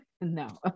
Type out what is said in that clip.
No